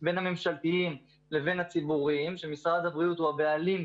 מבחינת תקינה שמחלקים אותה עכשיו,